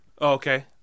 Okay